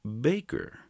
Baker